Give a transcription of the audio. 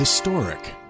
Historic